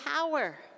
power